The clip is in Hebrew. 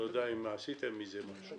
אני לא יודע אם עשיתם עם זה משהו.